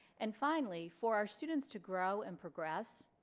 and finally for our students to grow and progress